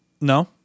No